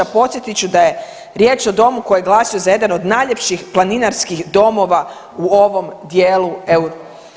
Podsjetit ću da je riječ o domu koji je glasio za jedan od najljepših planinarskih domova u ovoj dijelu Europe.